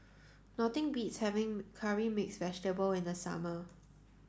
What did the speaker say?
nothing beats having curry mixed vegetable in the summer